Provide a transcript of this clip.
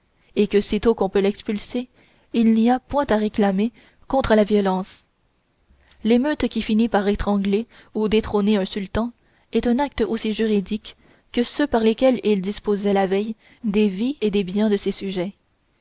et que sitôt qu'on peut l'expulser il n'a point à réclamer contre la violence l'émeute qui finit par étrangler ou détrôner un sultan est un acte aussi juridique que ceux par lesquels il disposait la veille des vies et des biens de ses sujets